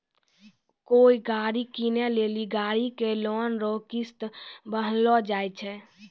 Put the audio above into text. कोय गाड़ी कीनै लेली गाड़ी के लोन रो किस्त बान्हलो जाय छै